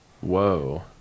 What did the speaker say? whoa